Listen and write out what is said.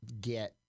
get –